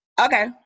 okay